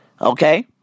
Okay